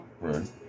right